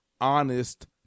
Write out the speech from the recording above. honest